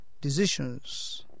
decisions